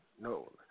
No